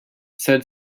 said